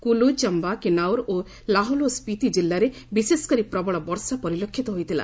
କୁଲ୍ଲୁ ଚମ୍ଘା କିନ୍ନାଉର ଓ ଲାହୁଲ୍ ଓ ସ୍କୀତି ଜିଲ୍ଲାରେ ବିଶେଷ କରି ପ୍ରବଳ ବର୍ଷା ପରିଲକ୍ଷିତ ହୋଇଥିଲା